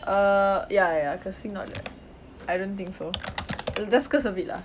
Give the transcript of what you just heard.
err ya ya ya cursing not all~ I don't think so uh just curse a bit lah